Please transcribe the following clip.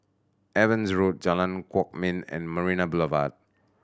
Evans Road Jalan Kwok Min and Marina Boulevard